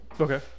okay